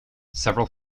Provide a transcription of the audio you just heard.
several